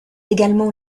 également